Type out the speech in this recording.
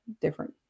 different